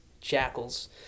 Jackals